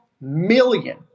million